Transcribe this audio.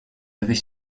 avait